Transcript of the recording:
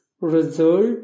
Result